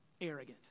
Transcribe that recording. arrogant